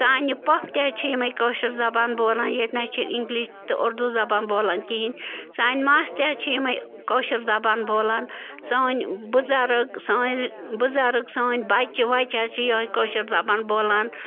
سانہِ پۅپھٕ تہِ حظ چھِ یِمَے کٲشِر زبان بولان ییٚتہِ نہَ حظ چھِنہٕ اِنٛگلِش تہٕ اُردو زبان بولان کِہیٖنٛۍ سانہِ ماسہٕ تہِ حظ چھِ یِمَے کٲشِر زبان بولان سٲنۍ بُزرَگ سٲنۍ بُزرَگ سٲنۍ بَچہٕ وَچہٕ حظ چھِ یِہَے کٲشِر زبان بولان